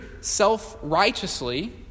self-righteously